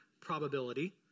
probability